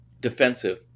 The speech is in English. defensive